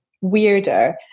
weirder